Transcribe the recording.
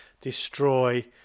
destroy